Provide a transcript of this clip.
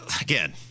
again